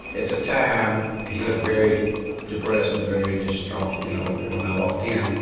at the time, he looked very depressed and very distraught you know, when i walked in.